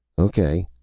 o k,